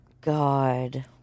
God